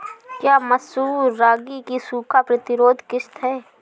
क्या मसूर रागी की सूखा प्रतिरोध किश्त है?